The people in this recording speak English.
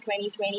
2020